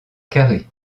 carré